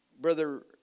Brother